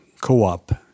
co-op